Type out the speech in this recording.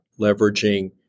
leveraging